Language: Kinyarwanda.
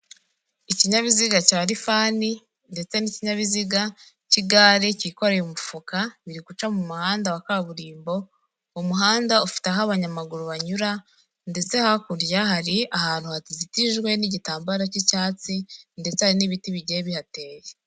Ikinyabiziga cya rifani ndetse n'ikinyabiziga cy'igare cyikoreye umufuka biri guca mu muhanda wa kaburimbo, umuhanda ufite aho abanyamaguru banyura ndetse hakurya hari ahantu hatazitijwe n'igitambara cy'icyatsi ndetse hari n'ibiti bigiye bihateye.